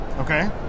Okay